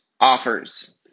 offers